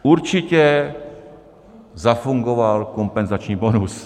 Určitě zafungoval kompenzační bonus.